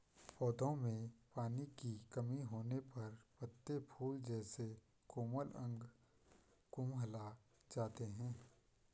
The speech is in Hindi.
पौधों में पानी की कमी होने पर पत्ते, फूल जैसे कोमल अंग कुम्हला जाते हैं